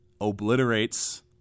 obliterates